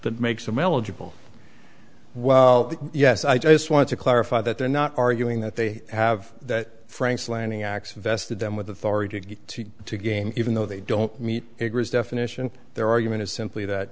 that makes them eligible well yes i just wanted to clarify that they're not arguing that they have that frank's landing acts vested them with authority to go to game even though they don't meet definition their argument is simply that